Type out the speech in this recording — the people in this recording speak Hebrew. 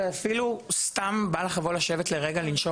ואפילו אם סתם בא לך לבוא לשבת לרגע לנשום